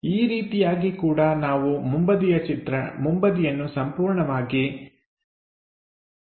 ಈ ರೀತಿಯಾಗಿ ಕೂಡ ನಾವು ಮುಂಬದಿಯನ್ನು ಸಂಪೂರ್ಣವಾಗಿ ಪರಿಶೋಧಿಸಬಹುದು